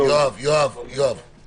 יואב, אני